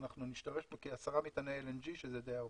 נשתמש בכ-10 מטעני LNG, שזה די הרבה.